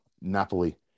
Napoli